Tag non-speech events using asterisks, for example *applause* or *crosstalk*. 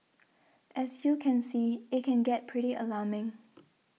as you can see it can get pretty alarming *noise*